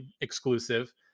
exclusive